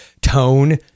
tone